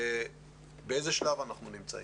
באיזה שלב אנחנו נמצאים.